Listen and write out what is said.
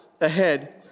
ahead